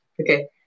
Okay